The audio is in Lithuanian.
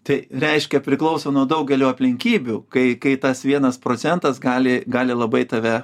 tai reiškia priklauso nuo daugelio aplinkybių kai kai tas vienas procentas gali gali labai tave